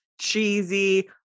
cheesy